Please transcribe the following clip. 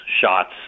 shots